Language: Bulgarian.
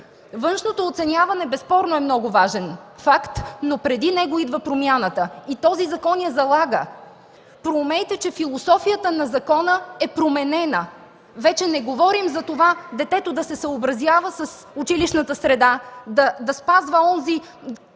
Външното оценяване безспорно е много важен факт, но преди него идва промяната и този закон я залага. Проумейте, че философията на закона е променена. Вече не говорим за това детето да се съобразява с училищната среда, да спазва онзи,